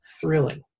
thrilling